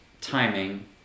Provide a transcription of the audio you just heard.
timing